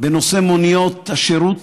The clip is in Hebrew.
בנושא מוניות השירות,